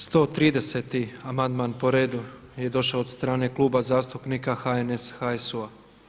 130. amandman po redu je došao od strane Kluba zastupnika HNS, HSU.